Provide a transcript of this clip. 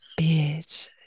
bitch